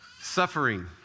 Suffering